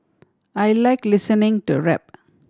I like listening to rap